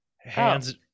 Hands